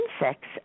insects